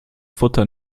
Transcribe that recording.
futter